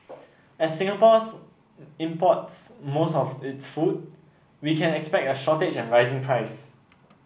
as Singapore's imports most of its food we can expect a shortage and rising prices